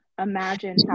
imagine